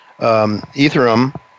Ethereum